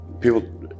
people